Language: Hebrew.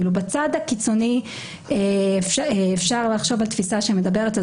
בצד הקיצוני אפשר לחשוב על תפיסה שמדברת על